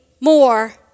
more